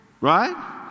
Right